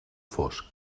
fosc